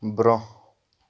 برٛۄنٛہہ